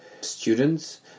students